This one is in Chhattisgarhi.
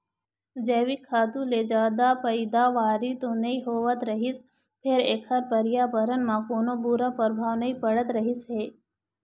जइविक खातू ले जादा पइदावारी तो नइ होवत रहिस फेर एखर परयाबरन म कोनो बूरा परभाव नइ पड़त रहिस हे